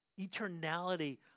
eternality